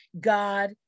God